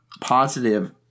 positive –